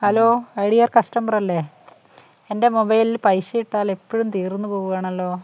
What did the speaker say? hello Idea കസ്റ്റമറല്ലേ എൻ്റെ മൊബൈലിൽ പൈസ ഇട്ടാലെപ്പോഴും തീർന്നു പോകാണല്ലോ